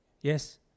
yes